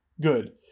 Good